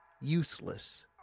useless